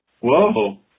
Whoa